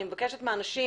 אני מבקשת מאנשים